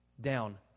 down